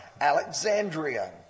Alexandria